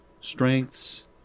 strengths